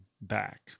back